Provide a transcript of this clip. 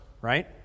right